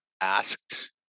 asked